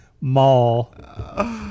mall